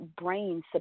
brain